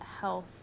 health